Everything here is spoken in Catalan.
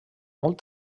molt